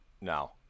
No